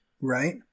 Right